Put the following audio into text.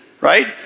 Right